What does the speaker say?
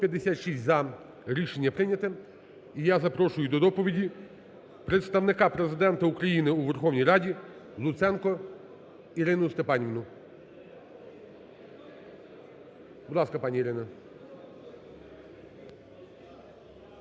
За-156 Рішення прийнято. І я запрошую до доповіді Представника Президента України у Верховній Раді Луценко Ірину Степанівну Будь ласка, пані Ірино.